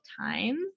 times